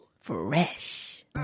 Fresh